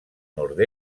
nord